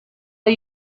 are